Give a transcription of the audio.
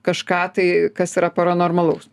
kažką tai kas yra paranormalaus